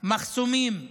מחסומים,